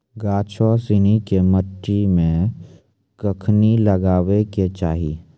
गाछो सिनी के मट्टी मे कखनी लगाबै के चाहि?